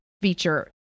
feature